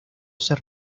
ser